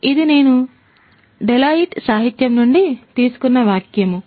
ఇది నేను డెలాయిట్ సాహిత్యం నుండి తీసుకున్నవాక్యము